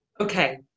Okay